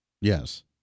Yes